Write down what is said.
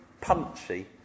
punchy